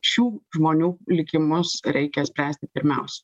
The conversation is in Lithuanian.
šių žmonių likimus reikia spręsti pirmiausia